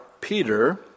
Peter